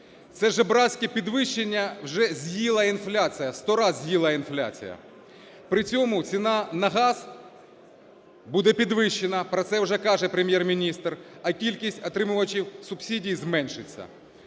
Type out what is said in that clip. Це жебратське підвищення вже з'їла інфляція, 100 раз з'їла інфляції. При цьому ціна на газ буде підвищена, про це вже каже Прем'єр-міністр, а кількість отримувачів субсидій зменшиться.